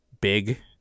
big